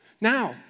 Now